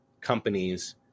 companies